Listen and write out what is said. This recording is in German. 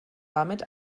damit